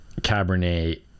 Cabernet